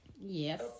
Yes